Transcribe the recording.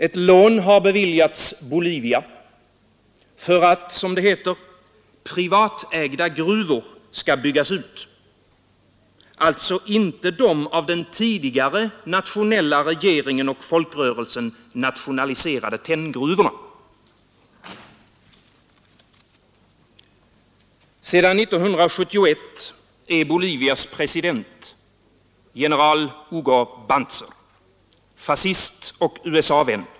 Ett lån har beviljats Bolivia för att, som det heter, privatägda gruvor skall byggas ut — alltså inte de av den tidigare nationella regeringen och folkrörelsen nationaliserade tenngruvorna. Sedan 1971 är Bolivias president general Hugo Banzer, fascist och USA-vän.